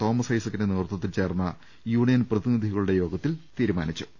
Thomas ഐസക്കിന്റെ നേതൃത്വത്തിൽ ചേർന്ന യൂണിയൻ പ്രതിനിധികളുടെ യോഗത്തിൽ തീരുമാനമായിട്ടുണ്ട്